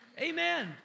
Amen